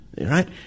right